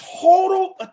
total